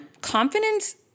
confidence